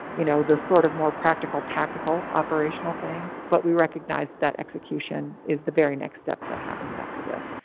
you know the sort of more practical tactical operational things, but we recognize that execution is the very next step that happens after this.